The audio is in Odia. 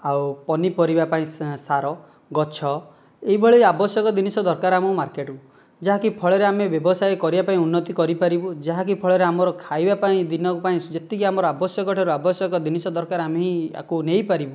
ଆଉ ପନିପରିବା ପାଇଁ ସାର ଗଛ ଏହିଭଳି ଆବଶ୍ୟକୀୟ ଜିନିଷ ଦରକାର ଆମକୁ ମାର୍କେଟକୁ ଯାହାକି ଫଳରେ ଆମେ ବ୍ୟବସାୟୀ କରିବା ପାଇଁ ଉନ୍ନତି କରିପାରିବୁ ଯାହାକି ଫଳରେ ଆମର ଖାଇବା ପାଇଁ ଦିନକପାଇଁ ଯେତିକି ଆମର ଆବଶ୍ୟକ ଠାରୁ ଆବଶ୍ୟକ ଜିନିଷ ଦରକାର ଆମେ ହିଁ ଏହାକୁ ନେଇପାରିବୁ